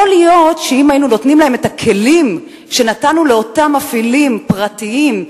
יכול להיות שאם היינו נותנים להם את הכלים שנתנו לאותם מפעילים פרטיים,